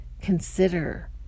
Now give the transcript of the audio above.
consider